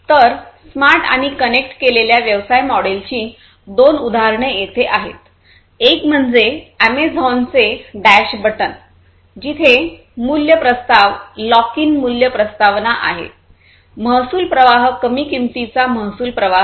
तर स्मार्ट आणि कनेक्ट केलेल्या व्यवसाय मॉडेलची दोन उदाहरणे येथे आहेत एक म्हणजे एमेझॉनचे डॅश बटणAmazon's dash button जिथे मूल्य प्रस्ताव लॉक इन मूल्य प्रस्तावना आहे महसूल प्रवाह कमी किंमतीचा महसूल प्रवाह आहे